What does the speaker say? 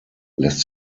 lässt